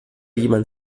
jemand